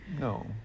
No